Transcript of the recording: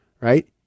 right